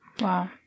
Wow